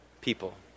people